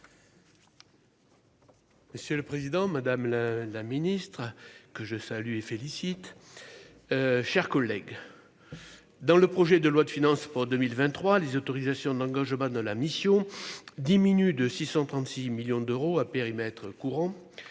Monsieur le président, madame la la ministre que je salue et félicite chers collègues dans le projet de loi de finances pour 2023 les autorisations d'engagement de la mission diminue de 636 millions d'euros à périmètre courant,